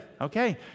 Okay